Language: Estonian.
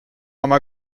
oma